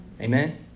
Amen